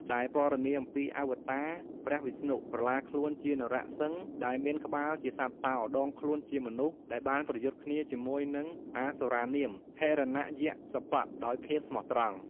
ដែលពណ៌នាអំពី អាវតា ព្រះវិស្ណុ ក្រឡាខ្លួនជា នរ:សិង្ហ ដែលមានក្បាលជា សត្វតោ ដងខ្លួនជាមនុស្សដែលបានប្រយុទ្ធគ្នាជាមួយនិង អាសុរានាម "ហិរណយក្សសិបុ" ដោយភាពស្មោះត្រង់ ។